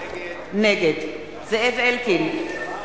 נגד זאב אלקין,